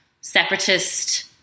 separatist